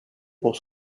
pour